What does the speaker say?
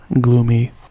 gloomy